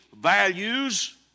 values